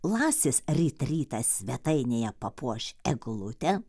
lasis ryt rytą svetainėje papuoš eglutę